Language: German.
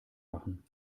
machen